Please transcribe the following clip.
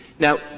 Now